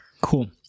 cool